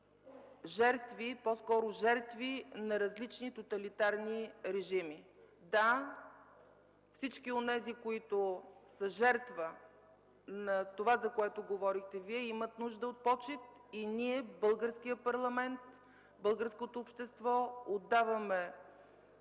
жертви, по-скоро жертви на различни тоталитарни режими. Да, всички онези, които са жертва на това, за което говорихте Вие, имат нужда от почит и ние, българският парламент, българското общество отдаваме